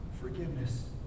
forgiveness